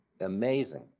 amazing